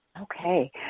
Okay